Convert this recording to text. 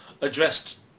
addressed